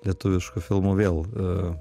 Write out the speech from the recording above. lietuvišku filmu vėl